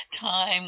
time